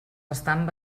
estan